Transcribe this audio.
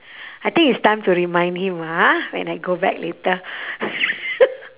I think it's time to remind him ah when I go back later